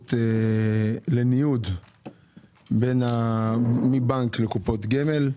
אפשרות לניוד מהבנק לקופות גמל.